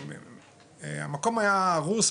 המקום היה הרוס,